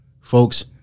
folks